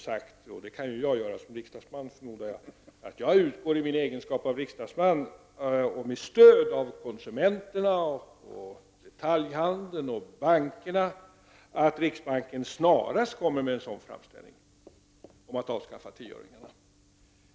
Som riksdagsman förmodar jag att jag kan göra det och säga: I min egenskap av riksdagsman och med stöd av konsumenterna, detaljhandeln och bankerna tycker jag att riksbanken snarast skall komma med en framställning om avskaffande av tioöringarna.